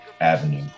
Avenue